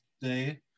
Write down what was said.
day